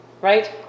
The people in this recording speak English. Right